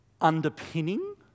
underpinning